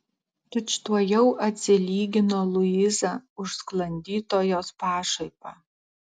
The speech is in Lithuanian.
tučtuojau atsilygino luiza už sklandytojos pašaipą